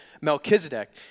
Melchizedek